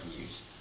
use